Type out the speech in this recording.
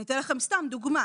אני אתן לכם סתם דוגמה,